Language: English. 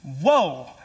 Whoa